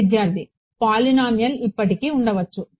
విద్యార్థిపొలినోమీయల్ ఇప్పటికీ ఉండవచ్చు